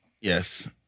Yes